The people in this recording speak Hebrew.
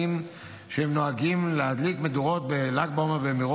ונוהגים להדליק מדורות בל"ג בעומר ומירון,